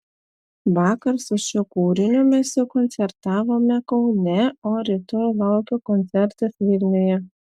vakar su šiuo kūriniu mes jau koncertavome kaune o rytoj laukia koncertas vilniuje